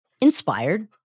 inspired